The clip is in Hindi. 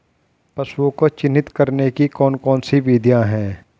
पशुओं को चिन्हित करने की कौन कौन सी विधियां हैं?